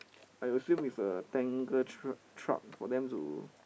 I assume it's a tanker tr~ truck for them to